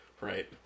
Right